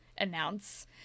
announce